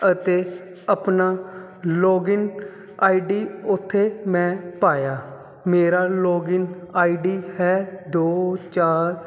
ਅਤੇ ਆਪਣਾ login ID ਉੱਥੇ ਮੈਂ ਪਾਇਆ ਮੇਰਾ ਲੋਗਿਨ ਆਈਡੀ ਹੈ ਦੋ ਚਾਰ